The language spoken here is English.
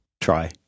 Try